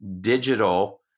digital